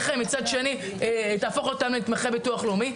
החיים וביד השנייה תהפוך אותם לנתמכי ביטוח לאומי.